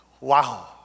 Wow